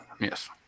Yes